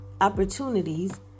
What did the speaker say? opportunities